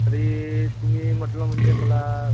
तरी तुम्ही म्हटलं म्हणजे मला